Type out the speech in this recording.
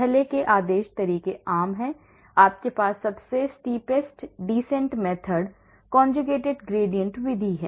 पहले के आदेश तरीके आम हैं आपके पास सबसे steepest descent method conjugated gradient विधि है